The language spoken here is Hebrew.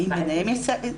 האם ביניהם יש סיכום כתוב?